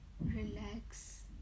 relax